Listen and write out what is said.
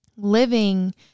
living